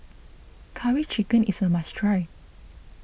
Curry Chicken is a must try